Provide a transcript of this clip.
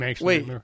Wait